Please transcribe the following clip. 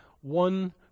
one